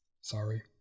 sorry